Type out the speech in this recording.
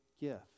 gift